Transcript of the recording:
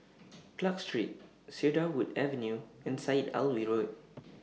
Clarke Street Cedarwood Avenue and Syed Alwi Road